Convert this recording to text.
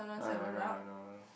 I I know I know I know